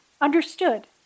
Understood